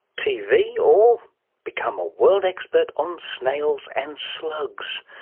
tv, or become a world expert on snails and slugs?